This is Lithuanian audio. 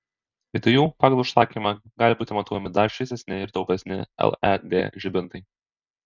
vietoj jų pagal užsakymą gali būti montuojami dar šviesesni ir taupesni led žibintai